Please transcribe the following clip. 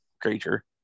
creature